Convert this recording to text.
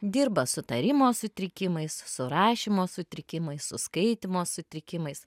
dirba su tarimo sutrikimais su rašymo sutrikimais su skaitymo sutrikimais